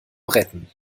retten